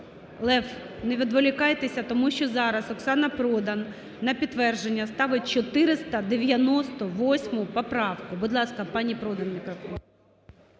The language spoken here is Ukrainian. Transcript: Лев, не відволікайтеся, тому що зараз Оксана Продан на підтвердження ставить 498 поправку. Будь ласка, пані Продан мікрофон.